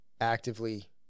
actively